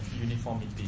uniformity